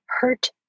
hurt